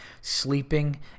sleeping